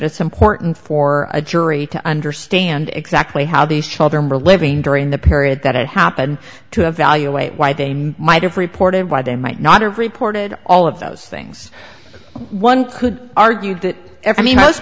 it's important for a jury to understand exactly how these children were living during the period that it happened to have valuate why they might have reported why they might not have reported all of those things one could argue that